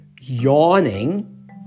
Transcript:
yawning